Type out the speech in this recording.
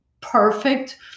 perfect